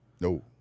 No